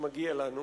שמגיע לנו,